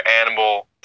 animal